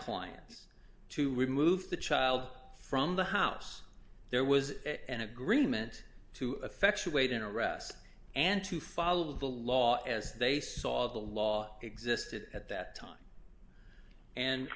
clients to remove the child from the house there was an agreement to effectuate an arrest and to follow the law as they saw the law existed at that time and